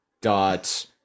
dot